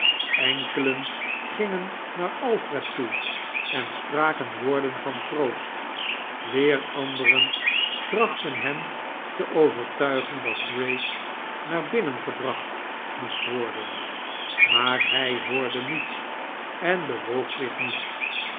terug spraken woorden van troost weer anderen trachtten hem te overtuigen dat grace naar binnen gebracht moest worden maar hij hoorde niets en bewoog zich niet